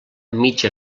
mig